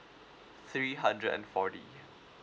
three hundred and forty